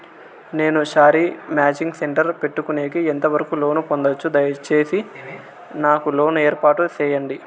నేను sari matching centre పెట్టుకునేకి ఎంత వరకు లోను పొందొచ్చు? దయసేసి నాకు లోను ఏర్పాటు సేయండి?